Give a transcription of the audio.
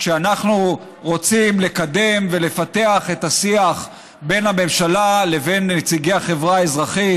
כשאנחנו רוצים לקדם ולפתח את השיח בין הממשלה לבין נציגי החברה האזרחית,